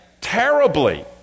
terribly